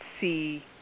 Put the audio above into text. see